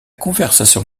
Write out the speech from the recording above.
conversation